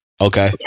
Okay